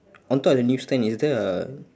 on top of the news stand is there a